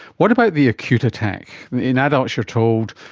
what about the acute attack? in adults you're told,